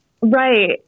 Right